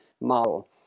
model